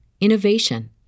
innovation